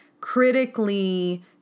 critically